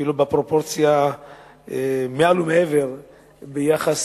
אפילו בפרופורציה שהיא מעל ומעבר לגודל